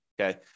okay